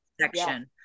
section